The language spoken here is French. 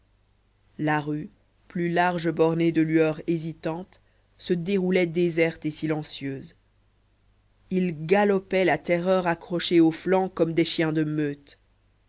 la rue plus large bornée de lueurs hésitantes se déroulait déserte et silencieuse il galopait la terreur accrochée aux flancs comme des chiens de meute